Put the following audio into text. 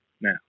Now